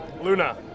Luna